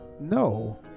No